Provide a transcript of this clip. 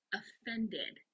offended